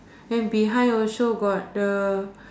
then behind also got the